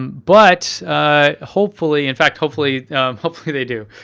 um but ah hopefully, in fact, hopefully hopefully they do.